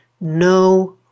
no